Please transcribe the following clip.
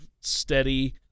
steady